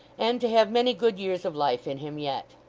and to have many good years of life in him yet.